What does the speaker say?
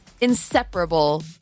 inseparable